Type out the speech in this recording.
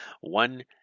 one